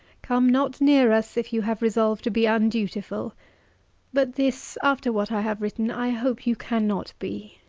come not near us, if you have resolve to be undutiful but this, after what i have written, i hope you cannot be.